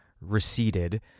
receded